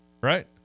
right